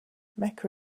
mecca